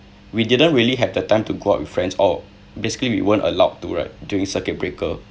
we didn't really have the time to go out with friends or basically we weren't allowed to right during circuit breaker